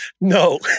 no